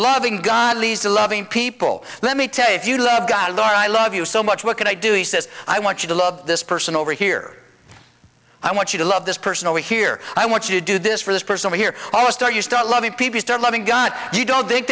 loving god leads to loving people let me tell you if you love god or i love you so much what can i do he says i want you to love this person over here i want you to love this person over here i want you to do this for this person here almost are you still love me people start loving gun you don't think